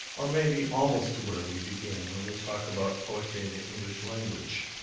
or maybe almost to where we began when we talk about poetry and the english language.